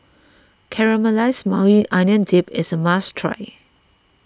Caramelized Maui Onion Dip is a must try